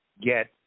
get